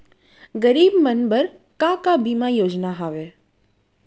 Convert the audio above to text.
गरीब मन बर का का बीमा योजना हावे?